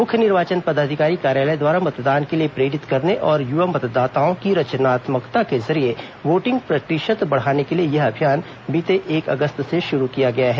मुख्य निर्वाचन पदाधिकारी कार्यालय द्वारा मतदान के लिए प्रेरित करने और युवा मतदाताओं की रचनात्मकता के जरिए वोटिंग प्रतिशत बढ़ाने के लिए यह अभियान बीते एक अगस्त से शुरू किया गया है